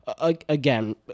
again